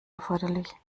erforderlich